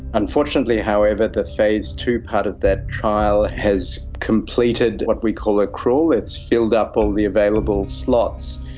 unfortunately, however, the phase two part of that trial has completed what we call accrual, it's filled up all the available slots.